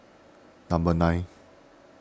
number nine